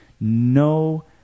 No